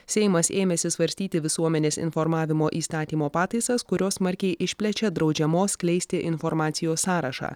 seimas ėmėsi svarstyti visuomenės informavimo įstatymo pataisas kurios smarkiai išplečia draudžiamos skleisti informacijos sąrašą